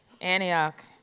Antioch